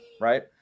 right